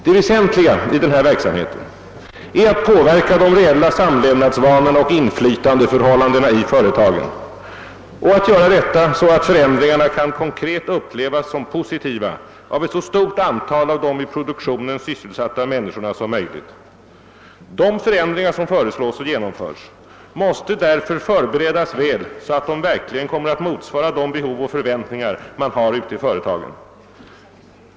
Det väsentliga i denna verksamhet är att påverka de reella samievnadsvanorna och inflytandeförhållandena i företagen och att göra detta så att förändringarna kan konkret upplevas som positiva av ett så stort antal av de i produktionen sysselsatta människorna som möjligt. De förändringar som föreslås och genomförs måste därför förberedas väl så att de verkligen kommer att motsvara de behov och förväntningar man har ute i företagen.